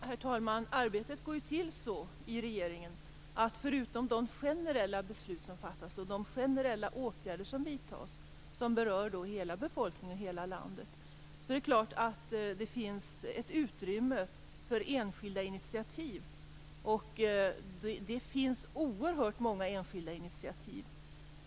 Herr talman! Arbetet i regeringen går till så att vi fattar generella beslut och vidtar generella åtgärder som berör hela befolkningen och hela landet, men dessutom finns det självfallet ett utrymme för enskilda initiativ. Det finns oerhört många enskilda initiativ.